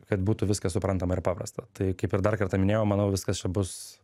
kad būtų viskas suprantama ir paprasta tai kaip ir dar kartą minėjau manau viskas čia bus